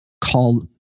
called